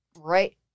right